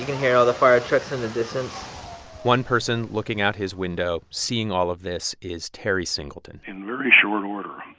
hear all the fire trucks in the distance one person looking out his window seeing all of this is terry singleton in very short order,